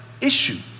issue